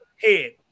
head